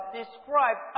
describe